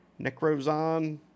Necrozon